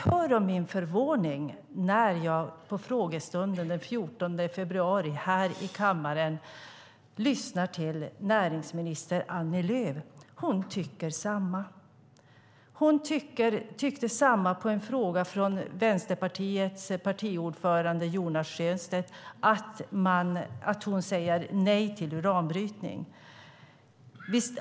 Döm om min förvåning när jag på frågestunden den 14 februari i kammaren hörde näringsministern säga detsamma. Hon tyckte detsamma på en fråga från Vänsterpartiets partiordförande Jonas Sjöstedt. Hon säger nej till uranbrytning.